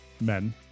men